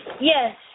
Yes